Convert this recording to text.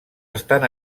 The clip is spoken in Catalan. estan